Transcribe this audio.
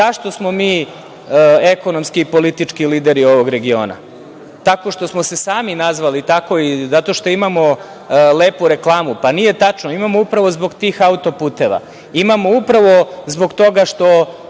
zašto smo mi ekonomski i politički lideri ovog regiona? Tako što smo se sami nazvali tako ili zato što imamo lepu reklamu? Pa, nije tačno. Imam upravo zbog tih auto-puteva. Imamo upravo zbog toga što